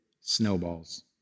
snowballs